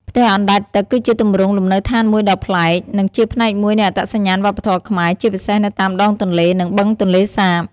ផ្ទះអណ្ដែតទឹក គឺជាទម្រង់លំនៅឋានមួយដ៏ប្លែក និងជាផ្នែកមួយនៃអត្តសញ្ញាណវប្បធម៌ខ្មែរ ជាពិសេសនៅតាមដងទន្លេ និងបឹងទន្លេសាប។